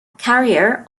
carrier